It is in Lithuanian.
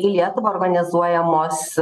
į lietuvą organizuojamos